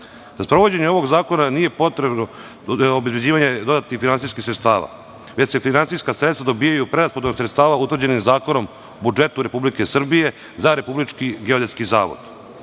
sprovođenje ovog zakona nije potrebno obezbeđivanje dodatnih finansijskih sredstava, već se finansijska sredstva dobijaju preraspodelom sredstava utvrđenih Zakonom o budžetu Republike Srbije za RGZ. Stupanjem na